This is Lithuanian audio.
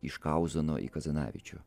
iš kauzono į kazanavičių